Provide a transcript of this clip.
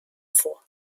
vor